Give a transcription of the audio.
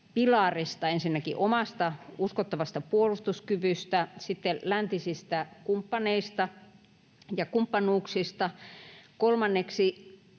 pilarista, ensinnäkin omasta uskottavasta puolustuskyvystä, sitten läntisistä kumppaneista ja kumppanuuksista, kolmanneksi